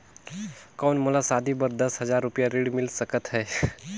कौन मोला शादी बर दस हजार रुपिया ऋण मिल सकत है?